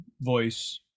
voice